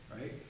right